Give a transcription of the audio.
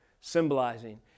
symbolizing